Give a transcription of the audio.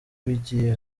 bigiye